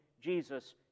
Jesus